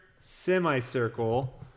semicircle